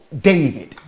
David